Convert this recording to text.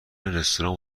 رستوران